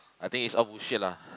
I think is all bullshit lah